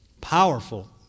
powerful